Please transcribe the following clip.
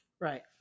right